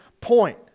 point